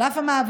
על אף המאבקים,